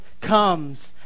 comes